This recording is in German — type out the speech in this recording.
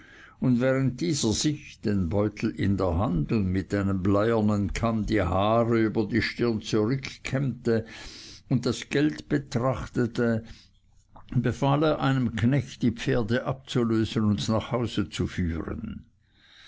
und während dieser sich den beutel in der hand mit einem bleiernen kamm die haare über die stirn zurückkämmte und das geld betrachtete befahl er einem knecht die pferde abzulösen und nach hause zu führen